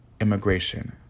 immigration